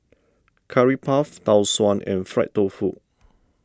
Curry Puff Tau Suan and Fried Tofu